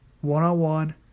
one-on-one